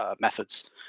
methods